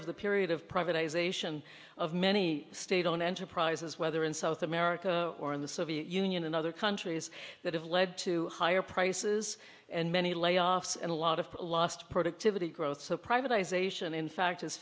of the period of privatization of many state owned enterprises whether in south america or in the soviet union and other countries that have led to higher prices and many layoffs and a lot of lost productivity growth so privatization in fact has